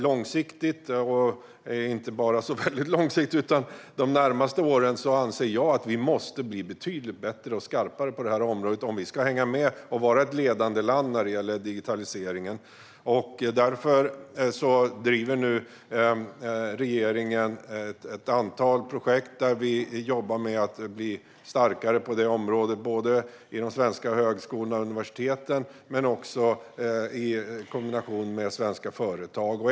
Långsiktigt men även de närmaste åren anser jag att vi måste bli betydligt bättre och skarpare på detta område om vi ska hänga med och vara ett ledande land inom digitaliseringen. Därför driver regeringen ett antal projekt där vi jobbar med att bli starkare på området, såväl inom svenska högskolor och universitet som i kombination med svenska företag.